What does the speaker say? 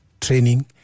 training